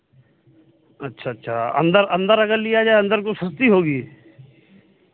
अच्छा अच्छा अंदर अंदर अगर लिया जाए अंदर तो सस्ती होगी